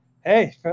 Hey